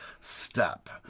step